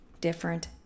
different